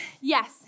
yes